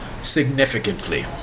significantly